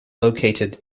located